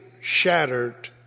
shattered